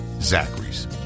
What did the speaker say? Zachary's